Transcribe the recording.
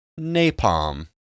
napalm